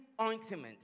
ointment